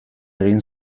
egin